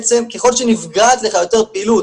ככל שנפגעת לך יותר פעילות,